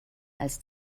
als